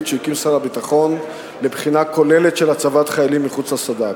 שהקים שר הביטחון לבחינה כוללת של הצבת חיילים מחוץ לסד"כ.